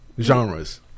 Genres